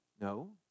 No